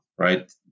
Right